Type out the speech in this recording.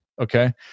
Okay